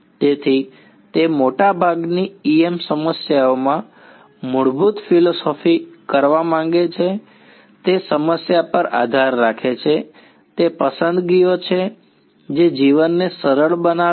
તેથી તે મોટાભાગની EM સમસ્યાઓમાં મૂળભૂત ફિલસૂફી કરવા માંગે છે તે સમસ્યા પર આધાર રાખે છે તે પસંદગીઓ છે જે જીવનને સરળ બનાવે છે